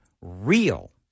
real